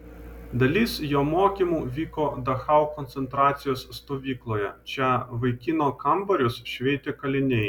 dalis jo mokymų vyko dachau koncentracijos stovykloje čia vaikino kambarius šveitė kaliniai